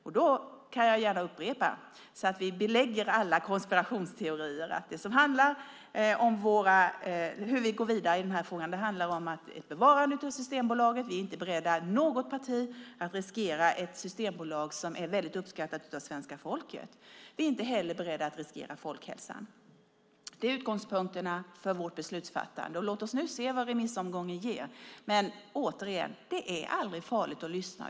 Jag kan gärna upprepa, så att vi lämnar alla konspirationsteorier därhän, att hur vi går vidare i den här frågan handlar om ett bevarande av Systembolaget. Vi är inte i något parti beredda att riskera ett systembolag som är väldigt uppskattat av svenska folket. Vi är inte heller beredda att riskera folkhälsan. Det är utgångspunkterna för vårt beslutsfattande. Låt oss nu se vad remissomgången ger. Återigen: Det är aldrig farligt att lyssna.